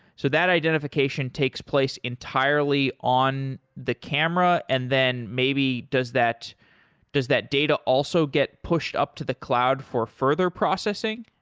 so that identification takes place entirely on the camera and then maybe does that does that data also get pushed up to the cloud for further processing?